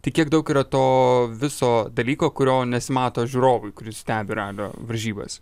tai kiek daug yra to viso dalyko kurio nesimato žiūrovui kuris stebi ralio varžybas